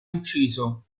ucciso